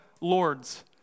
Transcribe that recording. Lords